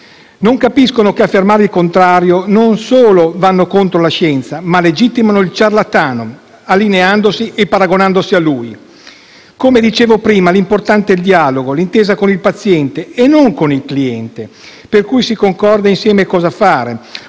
Non capiscono che affermando il contrario non solo vanno contro la scienza, ma legittimano il ciarlatano, allineandosi e paragonandosi a lui. Come dicevo prima, importante è il dialogo, l'intesa con il paziente (non con il cliente), per cui si concorda insieme cosa fare,